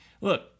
Look